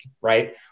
right